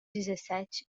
dezessete